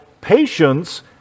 patience